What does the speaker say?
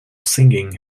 singing